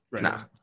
Nah